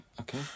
Okay